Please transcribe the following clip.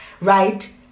right